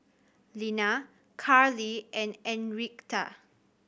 Lina Karley and Enriqueta